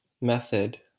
method